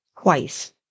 twice